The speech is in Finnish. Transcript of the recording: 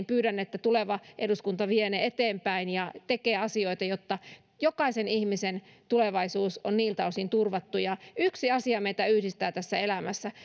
pyydän että tuleva eduskunta vie ne eteenpäin ja tekee asioita jotta jokaisen ihmisen tulevaisuus on niiltä osin turvattu yksi asia meitä yhdistää tässä elämässä